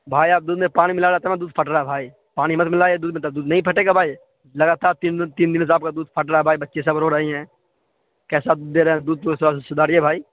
بھائی آپ دودھ میں پانی ملا رہے ہیں تب نہ دودھ پھٹ رہا ہے بھائی پانی مت ملائے دودھ میں تب دودھ نہیں پھٹے گا بھائی لگاتار تین تین دنوں سے آپ کا دودھ پھٹ رہا ہے بھائی بچے سب رو رہی ہیں کیسا دے رہیں ہیں دودھ جو ہے تھورا سدھاریے بھائی